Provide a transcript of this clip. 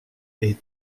est